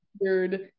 weird